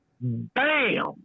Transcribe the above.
Bam